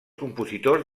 compositors